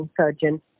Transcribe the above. surgeon